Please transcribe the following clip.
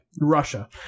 russia